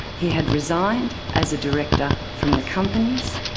he had resigned as a director from the companies.